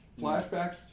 Flashbacks